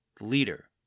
leader